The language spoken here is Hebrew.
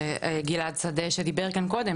שגלעד שדה שדיבר כאן קודם,